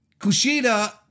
Kushida